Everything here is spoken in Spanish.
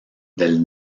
del